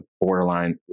borderline